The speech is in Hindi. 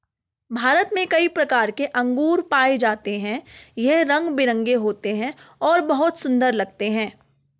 भारत में कई प्रकार के अंगूर पाए जाते हैं यह रंग बिरंगे होते हैं और बहुत सुंदर लगते हैं